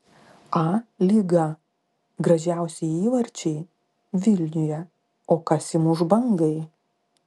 a lyga gražiausi įvarčiai vilniuje o kas įmuš bangai